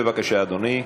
בבקשה, אדוני.